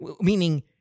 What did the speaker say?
Meaning